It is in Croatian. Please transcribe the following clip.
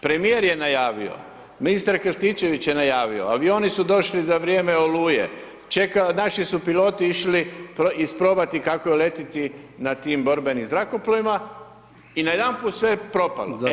Premije je najavio, ministar Krstičević je najavio, avioni su došli za vrijeme Oluje, naši su piloti išli isprobati kako je letiti na tim borbenim zrakoplovima i najedanput je sve propralo.